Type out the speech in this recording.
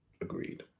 Agreed